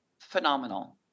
phenomenal